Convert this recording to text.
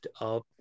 up